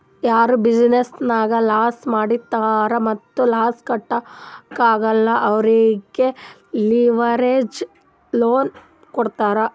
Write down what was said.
ಯಾರು ಬಿಸಿನೆಸ್ ನಾಗ್ ಸಾಲಾ ಮಾಡಿರ್ತಾರ್ ಮತ್ತ ಸಾಲಾ ಕಟ್ಲಾಕ್ ಆಗಲ್ಲ ಅವ್ರಿಗೆ ಲಿವರೇಜ್ ಲೋನ್ ಕೊಡ್ತಾರ್